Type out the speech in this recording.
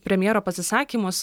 premjero pasisakymus